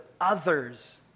others